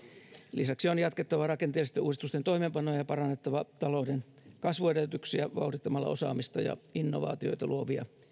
lisäksi on jatkettava rakenteellisten uudistusten toimeenpanoa ja parannettava talouden kasvuedellytyksiä vauhdittamalla osaamista ja innovaatioita luovia